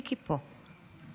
מיקי פה,